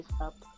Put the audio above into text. Up